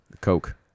coke